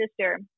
sister